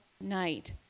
night